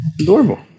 adorable